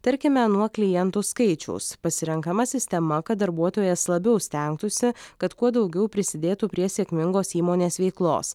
tarkime nuo klientų skaičiaus pasirenkama sistema kad darbuotojas labiau stengtųsi kad kuo daugiau prisidėtų prie sėkmingos įmonės veiklos